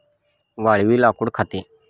वाळवी लाकूड खाते